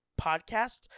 podcast